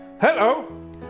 Hello